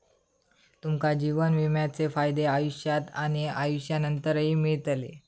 तुमका जीवन विम्याचे फायदे आयुष्यात आणि आयुष्यानंतरही मिळतले